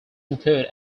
include